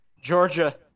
Georgia